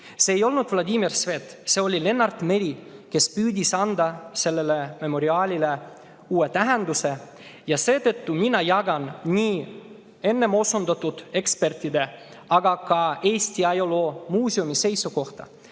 ei olnud mitte Vladimir Svet, vaid see oli Lennart Meri, kes püüdis anda sellele memoriaalile uut tähendust. Ja seetõttu mina jagan enne osundatud ekspertide, aga ka Eesti Ajaloomuuseumi seisukohta, koos